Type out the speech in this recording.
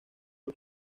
por